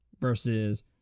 versus